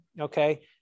okay